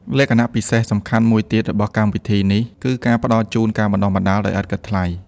លក្ខណៈពិសេសសំខាន់មួយទៀតរបស់កម្មវិធីនេះ គឺការផ្តល់ជូនការបណ្តុះបណ្តាល ដោយឥតគិតថ្លៃ។